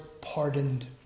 pardoned